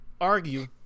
Argue